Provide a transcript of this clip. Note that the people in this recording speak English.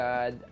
God